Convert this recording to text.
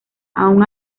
aun